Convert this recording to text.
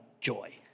joy